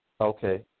Okay